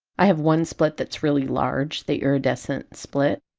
i have one split that's really large the iridescent split!